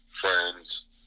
friends